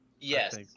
Yes